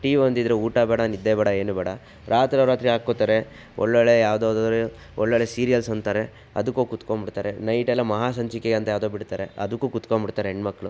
T V ಒಂದಿದ್ರೆ ಊಟ ಬೇಡ ನಿದ್ದೆ ಬೇಡ ಏನು ಬೇಡ ರಾತ್ರೋ ರಾತ್ರಿ ಹಾಕೋತಾರೆ ಒಳ್ಳೊಳ್ಳೆ ಯಾವುದಾದ್ರು ಒಳ್ಳೊಳ್ಳೆ ಸೀರಿಯಲ್ಸ್ ಅಂತಾರೇ ಅದಕ್ಕು ಕುತ್ಕೋಬಿಡ್ತಾರೆ ನೈಟೆಲ್ಲ ಮಹಾಸಂಚಿಕೆ ಅಂತ ಯಾವುದೋ ಬಿಡ್ತಾರೆ ಅದಕ್ಕು ಕುತ್ಕೋಬಿಡ್ತಾರೆ ಹೆಣ್ಮಕ್ಳು